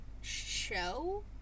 show